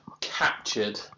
captured